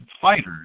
fighters